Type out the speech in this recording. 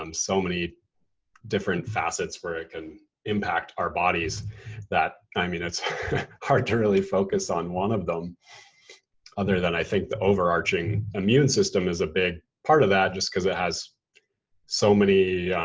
um so many different facets where it can impact our bodies that, i mean, it's hard to really focus on one of them other than i think the overarching immune system is a big part of that just cause it has so many.